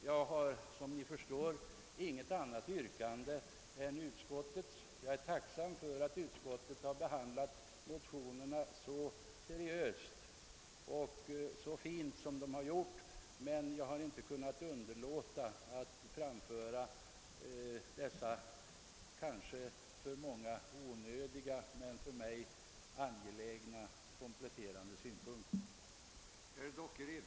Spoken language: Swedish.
Jag har naturligtvis inte något annat yrkande än utskottets. Jag är tacksam för att utskottet har behandlat motionerna så seriöst och fint, men jag har inte kunnat underlåta att framföra dessa kanske för många onödiga men för mig angelägna kompletterande synpunkter.